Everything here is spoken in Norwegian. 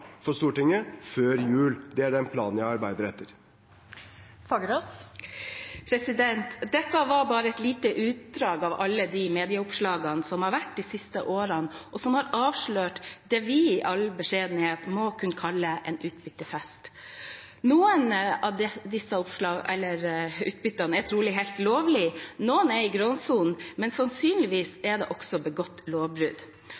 for Stortinget før jul. Det er planen jeg arbeider etter. Mona Fagerås – til oppfølgingsspørsmål. Dette var bare et lite utdrag av alle de medieoppslagene som har vært de siste årene, og som har avslørt det vi i all beskjedenhet må kunne kalle en utbyttefest. Noen av utbyttene er trolig helt lovlige, noen er i gråsonen, men sannsynligvis